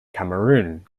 cameroon